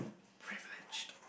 privileged